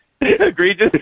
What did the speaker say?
Egregious